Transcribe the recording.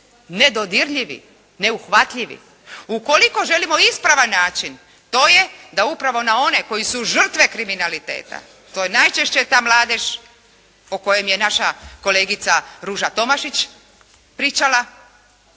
nedodirljivi, ne uhvatljivi. Ukoliko želimo ispravan način, to je da upravo na one koji su žrtve kriminaliteta, to je najčešće ta mladež o kojem je naša kolegica Ruža-Tomašić pričala,